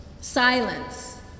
silence